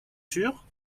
sûre